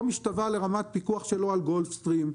משתווה לרמת פיקוח שלו על גולף-סטרים.